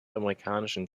amerikanischen